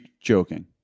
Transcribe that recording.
joking